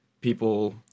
people